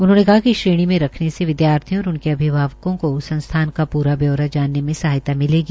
उन्होंने कहा कि श्रेणी मे रखने से विदयार्थियों और उनके अभिभावकों को संस्थान का प्रा ब्यौरा जानने मे सहायता मिलेगी